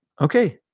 okay